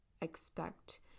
expect